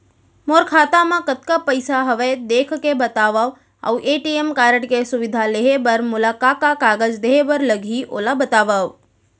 मोर खाता मा कतका पइसा हवये देख के बतावव अऊ ए.टी.एम कारड के सुविधा लेहे बर मोला का का कागज देहे बर लागही ओला बतावव?